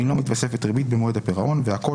ואם לא מתווספת ריבית במועד הפירעון והכול